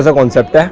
like concept ah